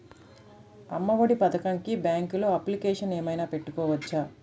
అమ్మ ఒడి పథకంకి బ్యాంకులో అప్లికేషన్ ఏమైనా పెట్టుకోవచ్చా?